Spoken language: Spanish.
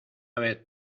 vez